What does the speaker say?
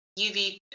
UV